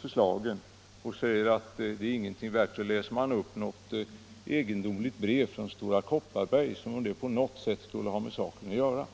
förslaget och säger att det inte är någonting värt. Man läser upp ett egendomligt brev från Stora Kopparberg, som om det på något sätt skulle ha med saken att göra.